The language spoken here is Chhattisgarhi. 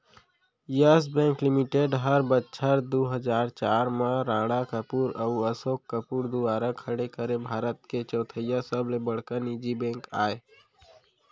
यस बेंक लिमिटेड हर बछर दू हजार चार म राणा कपूर अउ असोक कपूर दुवारा खड़े करे भारत के चैथइया सबले बड़का निजी बेंक अय